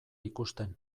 ikusten